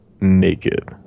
naked